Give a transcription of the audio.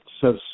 says